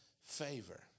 favor